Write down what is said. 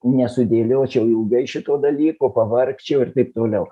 nesudėliočiau ilgai šito dalyko pavargčiau ir taip toliau